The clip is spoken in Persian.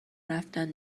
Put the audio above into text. رفتن